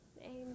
amen